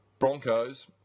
Broncos